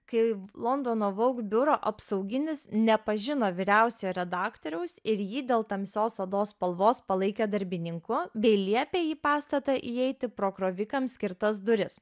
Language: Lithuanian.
kai londono vogue biuro apsauginis nepažino vyriausiojo redaktoriaus ir jį dėl tamsios odos spalvos palaikė darbininku bei liepė į pastatą įeiti pro krovikams skirtas duris